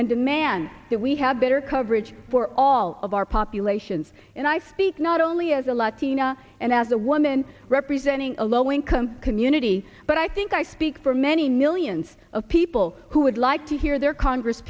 and demand that we have better coverage for all of our populations and i speak not only as a latina and as a woman representing a low income community but i think i speak for many millions of people who would like to hear their congress